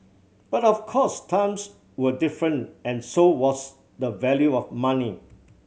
but of course times were different and so was the value of money